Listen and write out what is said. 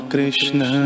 Krishna